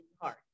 hard